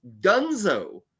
dunzo